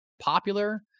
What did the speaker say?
popular